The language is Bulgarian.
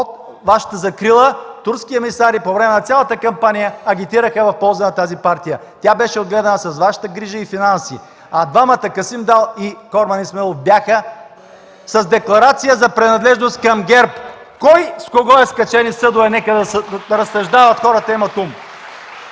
Под Ваша закрила турски емисари през цялата кампания агитираха в полза на тази партия. Тя беше отгледана с Вашите грижи и финанси, а двамата – Касим Дал и Корман Исмаилов, бяха с декларация за принадлежност към ГЕРБ. Кой с кого е „скачени съдове” – нека хората разсъждават, те имат ум.